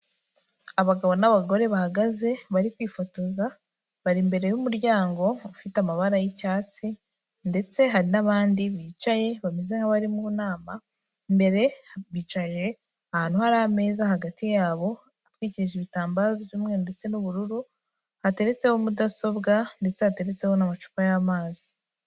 Abagabo n'abagore bahagaze bari kwifotoza bari imbere y'umuryango ufite amabara y'icyatsi, ndetse hari n'abandi bicaye bameze nk'abari mu nama,, mbere ha bicaye ahantu hari ameza hagati yabo atwikije ibitambaro byu'umweru ndetse n'ubururu hateretseho mudasobwa ndetse ateretseho n'amacupa y'amazi.